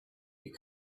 you